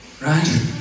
Right